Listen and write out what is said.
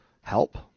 help